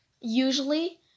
usually